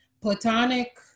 platonic